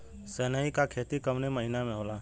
सनई का खेती कवने महीना में होला?